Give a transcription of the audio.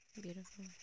Beautiful